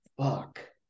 Fuck